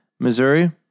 Missouri